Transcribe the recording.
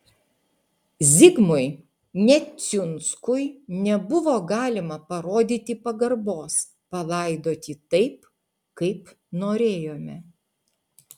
zigmui neciunskui nebuvo galima parodyti pagarbos palaidoti taip kaip norėjome